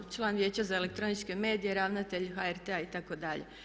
Član Vijeća za elektroničke medije, ravnatelj HRT-a itd.